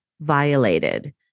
violated